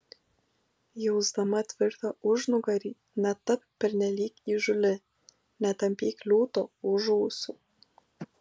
jausdama tvirtą užnugarį netapk pernelyg įžūli netampyk liūto už ūsų